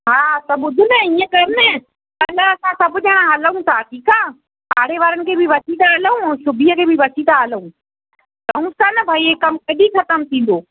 हा त ॿुध न इअं कयो न कल्ह असां सभ ॼणा हलूं था ठीकु आहे पाड़े वारनि खे बि वठी था हलूं शुभीअ खे बि वठी था हलूं चऊंसि था न भई ई कमु कॾहिं ख़तमु थींदो